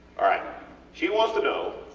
alright she wants to know,